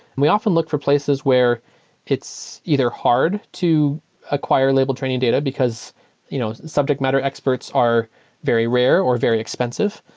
we often look for places where it's either hard to acquire labeled training data, because you know subject matter experts are very rare or very expensive,